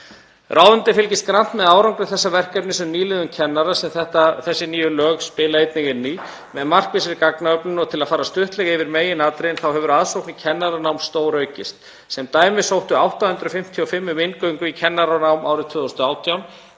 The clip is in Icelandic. Ráðuneytið fylgist grannt með árangri þessa verkefnis um nýliðun kennara, sem þessi nýju lög spila einnig inn í, með markvissri gagnaöflun og til að fara stuttlega yfir meginatriðin hefur aðsókn í kennaranám stóraukist. Sem dæmi sóttu 855 um inngöngu í kennaranám árið 2018.